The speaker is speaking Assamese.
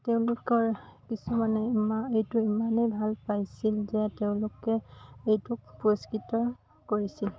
তেওঁলোকৰ কিছুমানে ইমা এইটো ইমানেই ভাল পাইছিল যে তেওঁলোকে এইটোক পুৰস্কৃত কৰিছিল